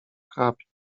chrapie